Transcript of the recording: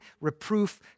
reproof